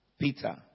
Peter